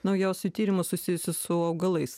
naujausių tyrimų susijusių su augalais